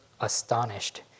astonished